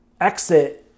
exit